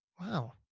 Wow